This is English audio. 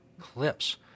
clips